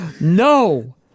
No